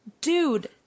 dude